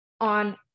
on